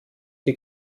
die